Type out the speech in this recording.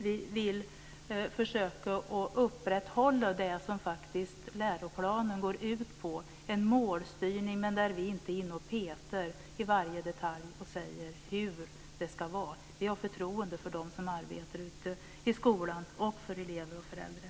Vi vill försöka att upprätthålla det som läroplanen går ut på. Det är en målstyrning där vi inte är inne och petar i varje detalj och säger hur det ska vara. Vi har förtroende för dem som arbetar ute i skolan och för elever och föräldrar.